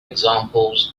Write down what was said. examples